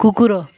କୁକୁର